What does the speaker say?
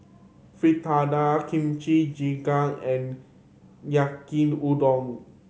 fritada Kimchi Jjigae and Yaki Udon